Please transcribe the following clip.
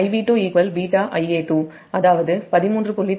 Ib2 β Ia2 அதாவது 13